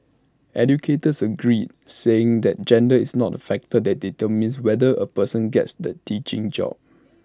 educators agreed saying that gender is not A factor that determines whether A person gets the teaching job